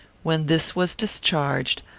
when this was discharged,